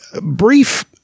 brief